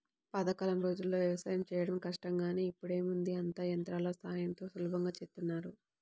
పాతకాలం రోజుల్లో యవసాయం చేయడం కష్టం గానీ ఇప్పుడేముంది అంతా యంత్రాల సాయంతో సులభంగా చేసేత్తన్నారు